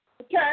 Okay